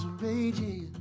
raging